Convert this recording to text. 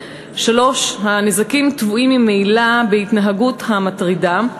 3. הנזקים טבועים ממילא בהתנהגות המטרידה,